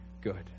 good